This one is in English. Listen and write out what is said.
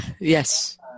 Yes